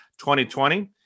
2020